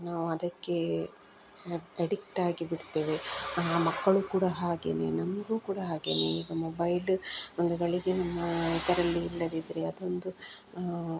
ನಾವು ಅದಕ್ಕೆ ಎಡಿಕ್ಟಾಗಿ ಬಿಡ್ತೇವೆ ಮಕ್ಕಳು ಕೂಡ ಹಾಗೆಯೇ ನಮಗೂ ಕೂಡ ಹಾಗೆಯೇ ಈಗ ಮೊಬೈಲು ಒಂದು ಗಳಿಗೆ ನಮ್ಮ ಇದರಲ್ಲಿ ಇಲ್ಲದಿದ್ದರೆ ಅದೊಂದು